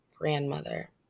grandmother